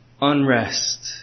Unrest